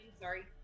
sorry